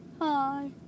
Hi